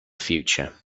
future